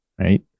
Right